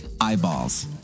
eyeballs